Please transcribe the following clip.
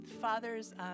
Father's